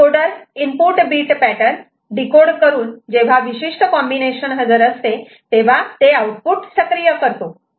decoder input bit pattern decode करून जेव्हा विशिष्ट कॉम्बिनेशन हजर असते तेव्हा ते आउटपुट सक्रिय करतो